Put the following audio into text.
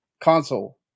console